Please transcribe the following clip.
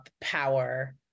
power